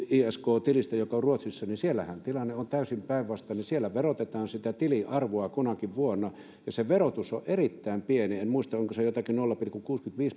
isk tilistä joka on ruotsissa ja siellähän tilanne on täysin päinvastainen siellä verotetaan sitä tilin arvoa kunakin vuonna ja se verotus on on erittäin pieni en muista onko se jotakin nolla pilkku kuusikymmentäviisi